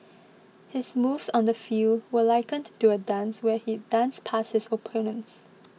his moves on the field were likened to a dance where he'd 'dance' past his opponents